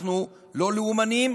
אנחנו לא לאומניים